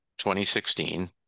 2016